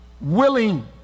willing